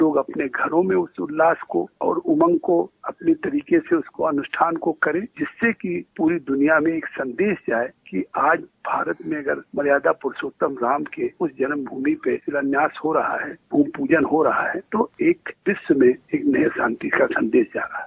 लोग अपने घरों में उस उल्लास और उमंग को अपने तरीके से इस अनुष्ठान करें जिससे कि पूरी दुनियां में एक सन्देश जाये कि आज भारत में अगर मर्यादा पुरूषोत्तम राम के उस जन्मभूमि पे शिलान्यास हो रहा है भूपूजन हो रहा है तो एक विश्व में एक महज शांति का सन्देश जा रहा है